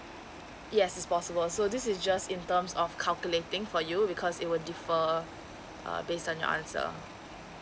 yes it's possible so this is just in terms of calculating for you because it will differ uh based on your answer